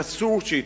ואסור שיתייחס,